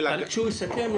כשהוא יסכם,